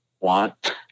want